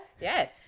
Yes